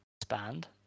expand